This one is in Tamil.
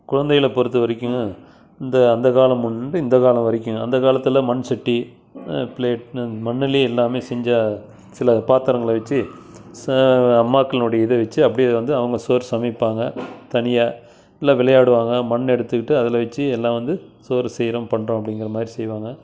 குழந்தைகளை பொறுத்த வரைக்கும் இந்த அந்தக் காலம் முன்பு இந்தக் காலம் வரைக்கும் அந்தக் காலத்தில் மண்சட்டி பிளேட் மண்ணுலேயே எல்லாமே செஞ்ச சில பத்தரங்களை வச்சு ச அம்மாக்கள்னுடைய இதை வச்சு அப்படியே வந்து அவங்க சோறு சமைப்பாங்க தனியாக இல்லை விளையாடுவாங்க மண் எடுத்துக்கிட்டு அதில் வச்சு எல்லாம் வந்து சோறு செய்கிறோம் பண்ணுறோம் அப்படிங்குற மாதிரி செய்வாங்க